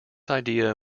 idea